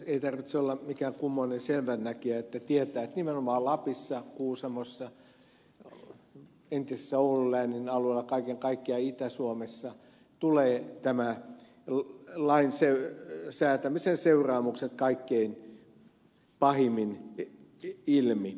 ei tarvitse olla mikään kummoinen selvännäkijä että tietää että nimenomaan lapissa kuusamossa entisen oulun läänin alueella ja kaiken kaikkiaan itä suomessa tulevat tämän lain säätämisen seuraamukset kaikkein pahimmin ilmi